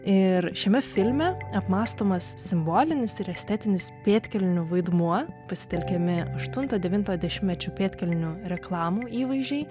ir šiame filme apmąstomas simbolinis ir estetinis pėdkelnių vaidmuo pasitelkiami aštunto devintojo dešimtmečio pėdkelnių reklamų įvaizdžiai